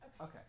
Okay